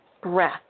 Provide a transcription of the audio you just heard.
breath